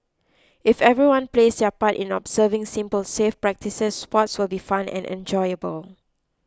if everyone plays their part in observing simple safe practices sports will be fun and enjoyable